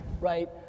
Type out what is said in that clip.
right